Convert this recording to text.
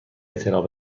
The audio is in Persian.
اطلاع